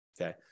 okay